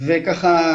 -- אם תוכל רק